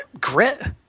grit